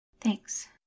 Thanks